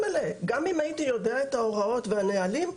מלא: גם אם הייתי יודע את ההוראות ואת הנהלים,